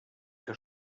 que